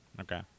okay